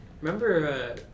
Remember